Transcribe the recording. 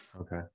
Okay